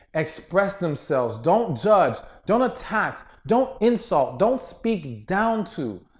express themselves. don't judge, don't attack, don't insult, don't speak down to.